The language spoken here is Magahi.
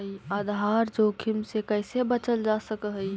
आधार जोखिम से कइसे बचल जा सकऽ हइ?